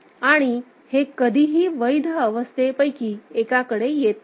आणि हे कधीही वैध अवस्थेपैकी एकाकडे येत नाही